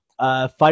Five